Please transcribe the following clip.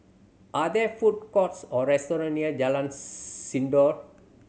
are there food courts or restaurant near Jalan Sindor